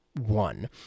one